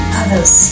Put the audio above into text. others